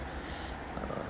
uh